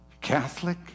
Catholic